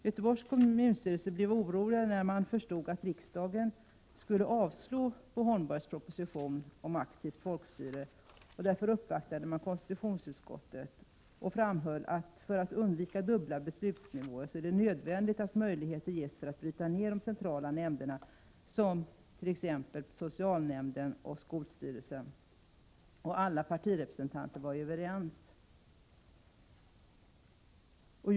Göteborgs kommunstyrelse blev orolig när man förstod att riksdagen skulle avslå Bo Holmbergs proposition om aktivt folkstyre. Därför uppvaktade man konstitutionsutskottet och framhöll att det är nödvändigt att möjligheter ges att bryta ner de centrala nämnderna, t.ex. socialnämnd och skolstyrelse, för att undvika dubbla beslutsnivåer. Alla partirepresentanter var överens om detta.